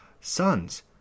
sons